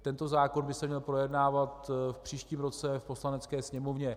Tento zákon by se měl projednávat v příštím roce v Poslanecké sněmovně.